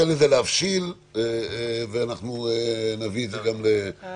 ניתן לזה להבשיל ונביא את זה גם לחברים.